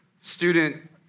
student